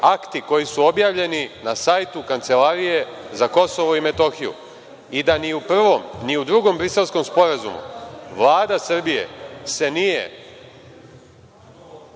akti koji su objavljeni na sajtu Kancelarije za Kosovo i Metohiju i da ni u prvom, ni u drugom Briselskom sporazumu Vlada Srbije se